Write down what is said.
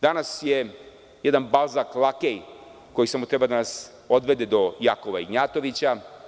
Danas je jedan Balzak lakej koji samo treba da nas odvede do Jakova Ignjatovića.